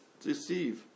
deceive